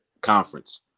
conference